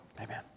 Amen